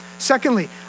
Secondly